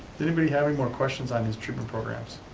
does anybody have any more questions on his treatment programs?